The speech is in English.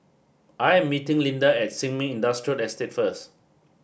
I am meeting Linda at Sin Ming Industrial Estate first